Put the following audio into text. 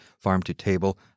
farm-to-table